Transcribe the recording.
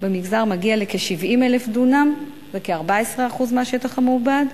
במגזר מגיע לכ-70,000 דונם, כ-14% מהשטח המעובד,